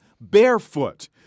barefoot